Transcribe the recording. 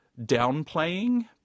downplaying